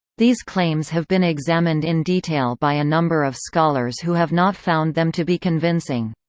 these claims have been examined in detail by a number of scholars who have not found them to be convincing.